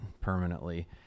permanently